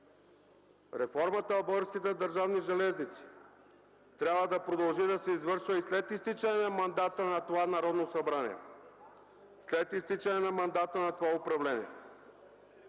реформата в Българските държавни железници трябва да продължи да се извършва и след изтичане на мандата на това Народно събрание, след изтичане на мандата на това управление.